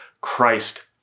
Christ